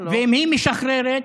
ואם היא משחררת,